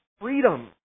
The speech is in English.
freedom